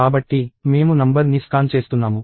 కాబట్టి మేము నంబర్ని స్కాన్ చేస్తున్నాము